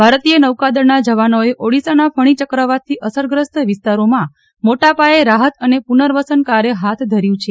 ભારતીય નૌકાદળના જવાનોએ ઓડીશાના ફણી ચક્રવાતથી અસરગ્રસ્ત વિસ્તારોમાં મોટાપાયે રાહત અને પુનર્વસનકાર્ય હાથ ધર્યું છે